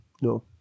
No